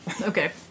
Okay